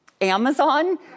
Amazon